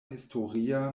historia